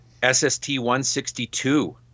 SST-162